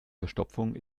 verstopfung